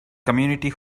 community